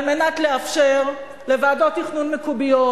על מנת לאפשר לוועדות תכנון מקומיות,